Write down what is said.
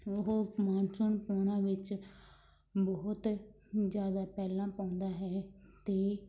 ਉਹ ਮਾਨਸੂਨ ਪੌਣਾਂ ਵਿੱਚ ਬਹੁਤ ਜ਼ਿਆਦਾ ਪੈਲਾਂ ਪਾਉਂਦਾ ਹੈ ਅਤੇ